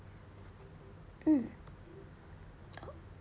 mm oh